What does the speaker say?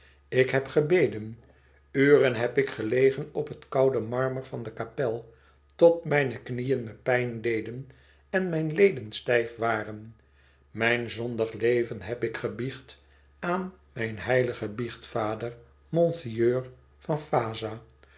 ik heb gebeden uren heb ik gelegen op het koude marmer van de kapel tot mijne knieën me pijn deden en mijne leden stijf waren mijn zondig leven heb ik gebiecht aan mijn heiligen biechtvader monseigneur van vaza